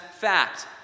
fact